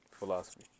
philosophy